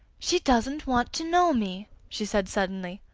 she doesn't want to know me! she said suddenly.